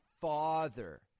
father